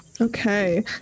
Okay